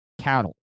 cattle